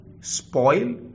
spoil